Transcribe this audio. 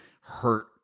hurt